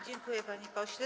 Dziękuję, panie pośle.